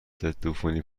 ضدعفونی